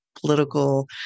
political